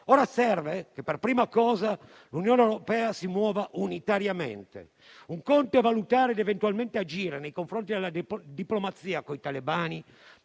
Ora serve, per prima cosa, che l'Unione europea si muova unitariamente: un conto è valutare ed eventualmente agire nei confronti della diplomazia coi talebani,